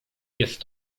jest